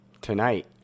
Tonight